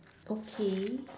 okay